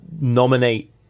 nominate